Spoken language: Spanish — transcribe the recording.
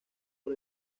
por